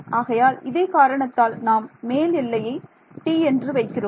ஆகையால் இதே காரணத்தால் நாம் மேல் எல்லையை t என்று வைக்கிறோம்